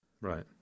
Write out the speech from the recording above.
Right